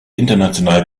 international